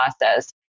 process